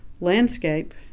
landscape